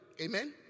Amen